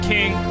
King